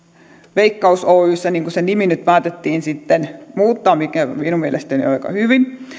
veikkaus oyssä niin kuin sen nimi nyt päätettiin sitten muuttaa mikä minun mielestäni on aika hyvin